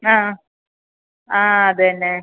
ആ ആ അത് തന്നെ